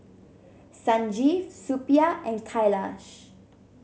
Sanjeev Suppiah and Kailash